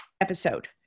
episode